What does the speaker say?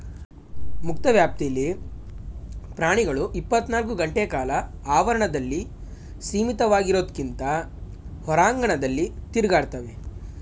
ಮುಕ್ತ ವ್ಯಾಪ್ತಿಲಿ ಪ್ರಾಣಿಗಳು ಇಪ್ಪತ್ನಾಲ್ಕು ಗಂಟೆಕಾಲ ಆವರಣದಲ್ಲಿ ಸೀಮಿತವಾಗಿರೋದ್ಕಿಂತ ಹೊರಾಂಗಣದಲ್ಲಿ ತಿರುಗಾಡ್ತವೆ